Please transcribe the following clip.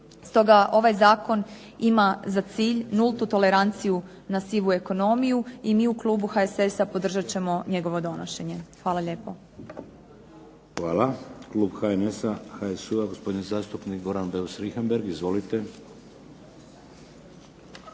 Stoga ovaj zakon ima za cilj nultu toleranciju na sivu ekonomiju i mi u klubu HSS-a podržat ćemo njegovo donošenje. Hvala lijepo. **Šeks, Vladimir (HDZ)** Hvala. Klub HNS-a, HSU-a gospodin zastupnik Goran Beus Richembergh. Izvolite.